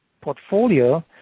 portfolio